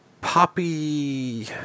poppy